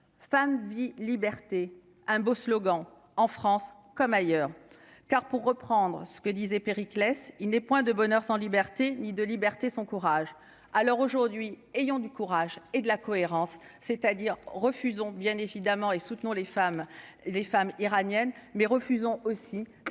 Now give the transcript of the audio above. femme vie liberté un beau slogan en France comme ailleurs car, pour reprendre ce que disait Périclès, il n'est point de bonheur sans liberté ni de liberté, son courage alors aujourd'hui ayant du courage et de la cohérence, c'est-à-dire refusons bien évidemment et soutenons les femmes, les femmes iraniennes mais refusons aussi